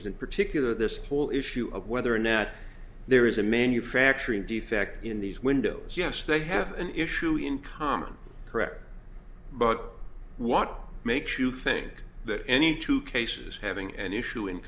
s in particular this whole issue of whether nat there is a manufacturing defect in these windows yes they have an issue in common correct but what makes you think that any two cases having an issue in